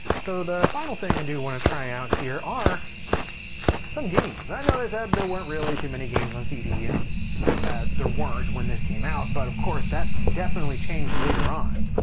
so the final thing i do wanna try out here are some games. i know i said there weren't really too many games on cd, and there weren't when this came out. but of course that definitely changed later on.